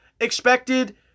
expected